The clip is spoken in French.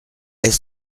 est